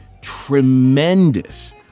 tremendous